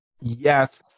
Yes